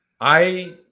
I-